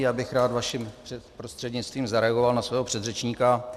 Já bych rád vaším prostřednictvím zareagoval na svého předřečníka.